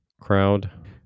crowd